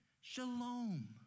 shalom